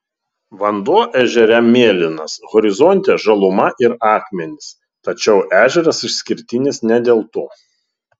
vanduo ežere mėlynas horizonte žaluma ir akmenys tačiau ežeras išskirtinis ne dėl to